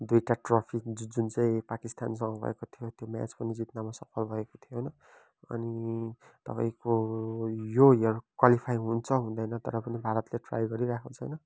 दुइटा ट्रफी जु जुन चाहिँ पाकिस्तानसँग भएको थियो त्यो म्याच पनि जित्नमा सफल भएको थियो होइन अनि तपाईँको यो यहाँ क्वालिफाइ हुन्छ हुँदैन तर पनि भारतले ट्राई गरिरहेको छ होइन